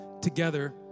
together